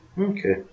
Okay